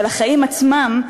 של החיים עצמם,